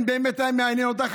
אם באמת היה מעניין אותך,